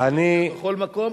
מותר לך לבקר בכל מקום,